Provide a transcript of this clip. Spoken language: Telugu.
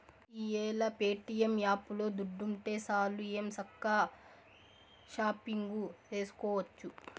ఈ యేల ప్యేటియం యాపులో దుడ్డుంటే సాలు ఎంచక్కా షాపింగు సేసుకోవచ్చు